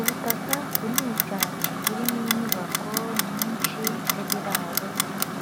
Ubutaka bunini cyane burimo inyubako nyinshi z'ibiraro,